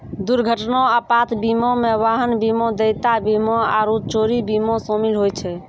दुर्घटना आपात बीमा मे वाहन बीमा, देयता बीमा आरु चोरी बीमा शामिल होय छै